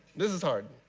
this is hard.